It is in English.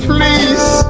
Please